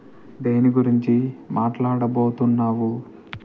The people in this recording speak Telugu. దేని గురించి మాట్లాడబోతున్నావు